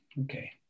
Okay